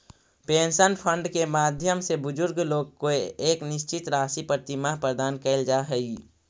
pension fund के माध्यम से बुजुर्ग लोग के एक निश्चित राशि प्रतिमाह प्रदान कैल जा हई